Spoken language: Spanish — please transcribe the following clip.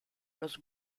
los